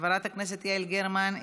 חברת הכנסת יעל גרמן,